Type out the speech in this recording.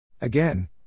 Again